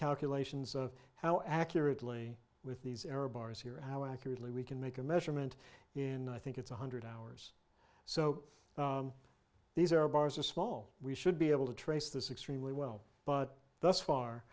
calculations of how accurately with these error bars here how accurately we can make a measurement in i think it's one hundred hours so these are bars are small we should be able to trace this extremely well but thus far